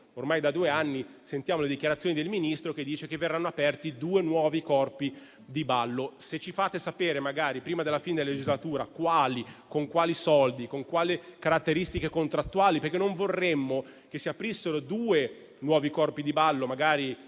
ormai da due anni sentiamo le dichiarazioni del Ministro secondo cui verranno aperti due nuovi corpi di ballo. Fateci sapere, magari prima della fine della legislatura, con quali soldi, con quali caratteristiche contrattuali. Non vorremmo che si aprissero due nuovi corpi di ballo, magari